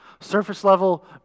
surface-level